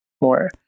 more